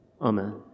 Amen